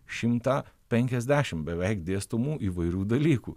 šimtą penkiasdešimt beveik dėstomų įvairių dalykų